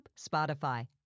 Spotify